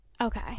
Okay